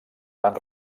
van